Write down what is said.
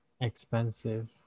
expensive